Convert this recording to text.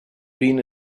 been